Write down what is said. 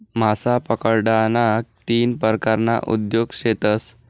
मासा पकडाना तीन परकारना उद्योग शेतस